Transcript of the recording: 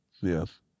Yes